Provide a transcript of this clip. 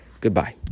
Goodbye